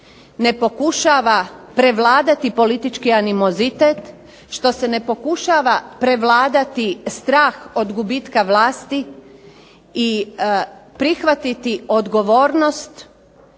ne pokušava prevladati politički animozitet, što se ne pokušava prevladati strah od gubitka vlasti i prihvatiti odgovornost